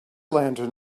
lantern